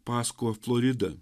pasko florida